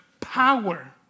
power